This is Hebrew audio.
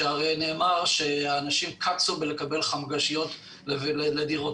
שהרי נאמר שהאנשים קצו בלקבל חמגשיות לדירותיהם